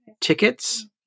tickets